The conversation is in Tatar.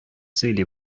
сөйли